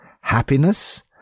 happiness